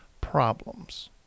problems